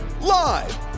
Live